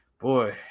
Boy